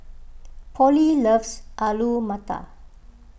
Polly loves Alu Matar